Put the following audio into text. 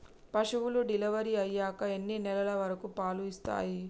పశువులు డెలివరీ అయ్యాక ఎన్ని నెలల వరకు పాలు ఇస్తాయి?